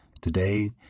Today